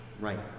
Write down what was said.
Right